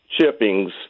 chippings